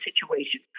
situation